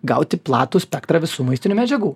gauti platų spektrą visų maistinių medžiagų